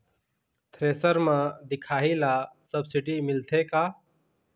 Thresher म दिखाही ला सब्सिडी मिलथे का?